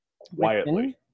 quietly